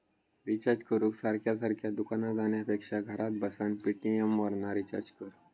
recharge करूक सारखा सारखा दुकानार जाण्यापेक्षा घरात बसान पेटीएमवरना रिचार्ज कर